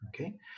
okay